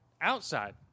outside